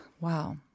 Wow